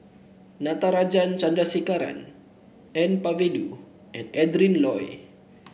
Natarajan Chandrasekaran N Palanivelu and Adrin Loi